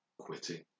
Quitting